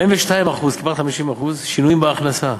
42% כמעט 50% שינויים בהכנסה,